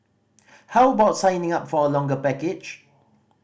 how about signing up for a longer package